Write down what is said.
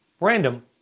Random